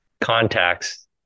contacts